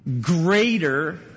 greater